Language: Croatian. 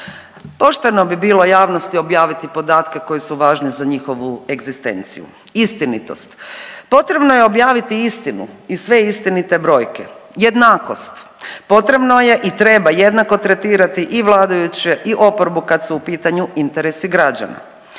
Pošteno bi bilo javnosti objaviti podatke koji su važni za njihovu egzistenciju. Istinitost. Potrebno je objaviti istinu i sve istinite brojke. Jednakost. Potrebno je i treba jednako tretirati i vladajuće i oporbu kada su u pitanju interesi građana.